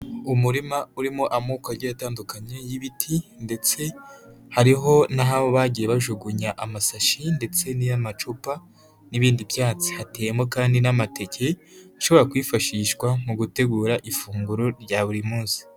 Umurima urimo amoko agiye atandukanye y'ibiti ndetse hariho n'aho bagiye bajugunya amasashi ndetse n'iy'amacupa n'ibindi byatsi, hateyemo kandi n'amateke ashobora kwifashishwa mu gutegura ifunguro rya buri munsi.